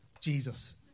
Jesus